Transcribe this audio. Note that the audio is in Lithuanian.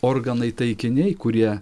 organai taikiniai kurie